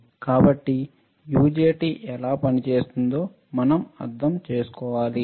కాబట్టి యుజెటి ఎలా పనిచేస్తుందో మీరు అర్థం చేసుకోవాలి